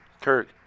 Kirk